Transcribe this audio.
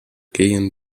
gehen